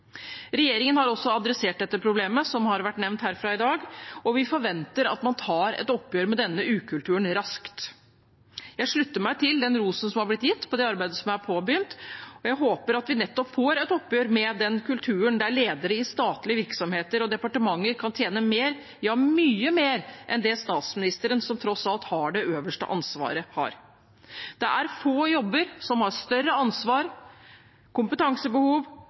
Regjeringen har også adressert dette problemet, som har vært nevnt herfra i dag, og vi forventer at man tar et oppgjør med denne ukulturen raskt. Jeg slutter meg til den rosen som har blitt gitt av det arbeidet som er påbegynt, og jeg håper at vi nettopp får et oppgjør med den kulturen der ledere i statlige virksomheter og departementer kan tjene mer – ja, mye mer – enn det statsministeren, som tross alt har det øverste ansvaret, gjør. Det er få jobber som krever større ansvar,